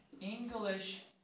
English